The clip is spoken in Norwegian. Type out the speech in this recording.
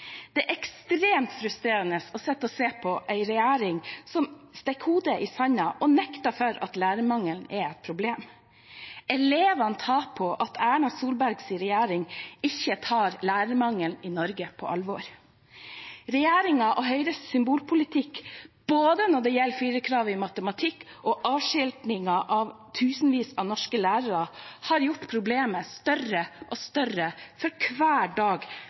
Det er ekstremt frustrerende å sitte og se på en regjering som stikker hodet i sanden og nekter for at lærermangelen er et problem. Elevene taper på at Erna Solbergs regjering ikke tar lærermangelen i Norge på alvor. Regjeringens og Høyres symbolpolitikk når det gjelder firerkravet i matematikk og avskiltingen av tusenvis av norske lærere, har gjort problemet større og større for hver dag